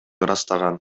ырастаган